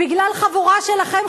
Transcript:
בגלל החבורה שלכם,